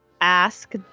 ask